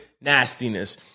nastiness